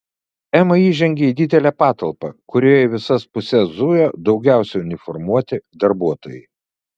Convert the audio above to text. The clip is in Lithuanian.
ema įžengė į didelę patalpą kurioje į visas puses zujo daugiausiai uniformuoti darbuotojai